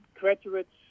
graduates